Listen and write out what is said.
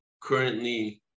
currently